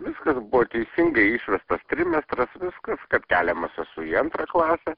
viskas buvo teisingai išvestas trimestras viskas kad keliamas esu į antrą klasę